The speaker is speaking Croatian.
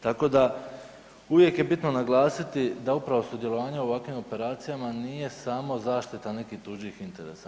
Tako da uvijek je bitno naglasiti da upravo sudjelovanje u ovakvim operacijama nije samo zaštita nekih tuđih interesa.